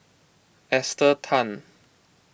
Esther Tan